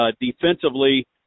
defensively